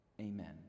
Amen